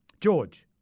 George